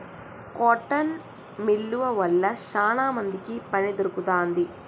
cotton మిల్లువ వల్ల శానా మందికి పని దొరుకుతాంది